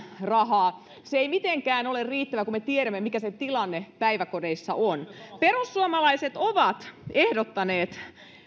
rahaa se ei mitenkään ole riittävä kun me tiedämme mikä se tilanne päiväkodeissa on perussuomalaiset ovat ehdottaneet